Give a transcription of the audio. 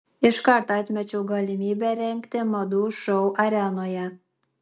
iškart atmečiau galimybę rengti madų šou arenoje